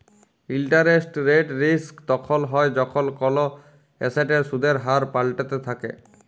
interest rate risk তখল হ্যয় যখল কল এসেটের সুদের হার পাল্টাইতে থ্যাকে